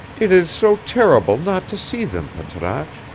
it is so terrible not to see them, patrasche,